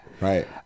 Right